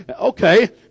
Okay